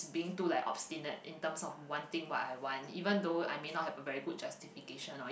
being too like obstinate in terms of wanting what I want even though I may not have a very good justification